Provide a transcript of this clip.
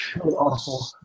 awful